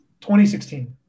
2016